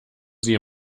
sie